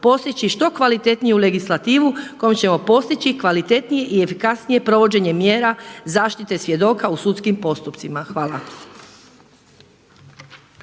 postići što kvalitetniju legislativu kojom ćemo postići kvalitetnije i efikasnije provođenje mjera zaštite svjedoka u sudskim postupcima. Hvala.